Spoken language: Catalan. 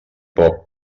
poc